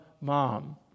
mom